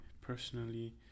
personally